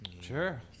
Sure